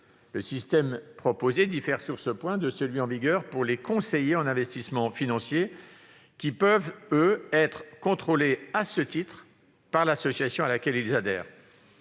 Le système proposé diffère sur ce point de celui qui est en vigueur pour les conseillers en investissements financiers, qui peuvent être contrôlés à ce titre par l'association à laquelle ils adhèrent.